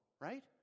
right